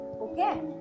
Okay